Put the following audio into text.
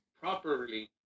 properly